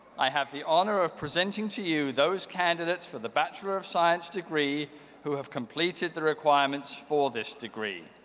i have the honor of presenting to you those candidates for the bachelor of science degree who have completed the requirements for this degree.